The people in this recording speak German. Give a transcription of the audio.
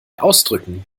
ausdrücken